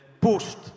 pushed